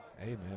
Amen